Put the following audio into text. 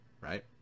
right